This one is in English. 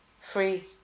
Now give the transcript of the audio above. free